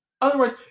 Otherwise